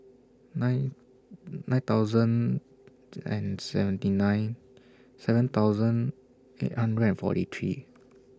nine nine thousand and seventy nine seven thousand eight hundred and forty three